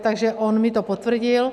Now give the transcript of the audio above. Takže on mi to potvrdil.